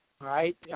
right